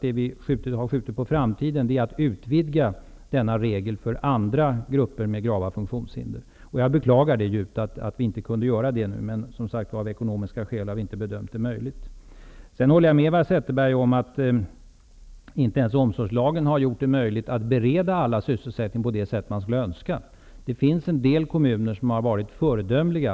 Det som vi skjuter på framtiden är alltså en utvidgning av reformen till att gälla andra grupper med grava funktionshinder. Jag beklagar det djupt att vi inte kunde göra det, men som sagt har vi av ekonomiska skäl inte bedömt det möjligt. Jag håller med Eva Zetterberg om att inte ens omsorgslagen gjort det möjligt att bereda alla sysselsättning på det sätt som det skulle ha varit önskvärt. Det finns en del kommuner som har varit föredömliga.